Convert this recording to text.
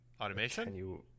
automation